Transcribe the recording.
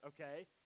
Okay